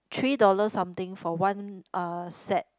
three dollar something for one uh set